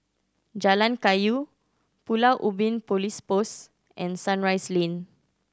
Jalan Kayu Pulau Ubin Police Post and Sunrise Lane